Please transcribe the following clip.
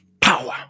power